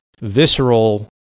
visceral